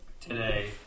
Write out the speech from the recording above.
today